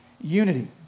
unity